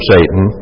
Satan